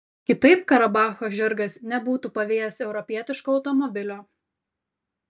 kitaip karabacho žirgas nebūtų pavijęs europietiško automobilio